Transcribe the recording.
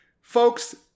Folks